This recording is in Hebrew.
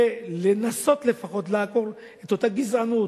ולנסות לפחות לעקור את אותה גזענות,